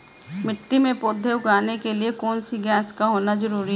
मिट्टी में पौधे उगाने के लिए कौन सी गैस का होना जरूरी है?